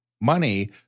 money